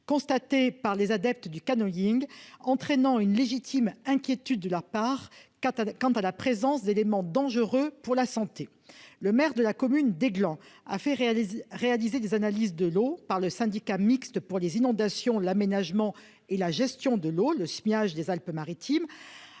d'eau par des adeptes du canyoning, entraînant une légitime inquiétude de leur part quant à la présence d'éléments dangereux pour la santé. Le maire de la commune d'Aiglun a fait réaliser des analyses par le syndicat mixte pour les inondations, l'aménagement et la gestion de l'eau (Smiage) des Alpes-Maritimes,